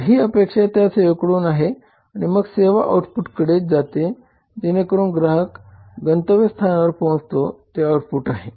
तर ही अपेक्षा त्या सेवेकडून आहे आणि मग सेवा आउटपुटकडे जाते जेणेकरून ग्राहक गंतव्यस्थानावर पोहोचतो ते आउटपुट आहे